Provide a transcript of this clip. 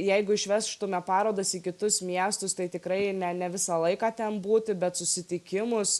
jeigu išvežtume parodas į kitus miestus tai tikrai ne ne visą laiką ten būti bet susitikimus